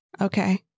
Okay